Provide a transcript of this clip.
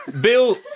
Bill